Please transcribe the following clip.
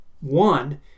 One